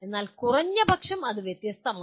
എന്നാൽ കുറഞ്ഞപക്ഷം അത് വ്യത്യസ്തമാണ്